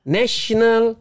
national